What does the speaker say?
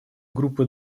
группы